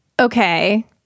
Okay